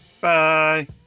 Bye